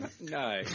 No